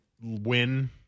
win